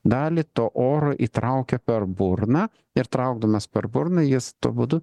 dalį to oro įtraukia per burną ir traukdamas per burną jis tuo būdu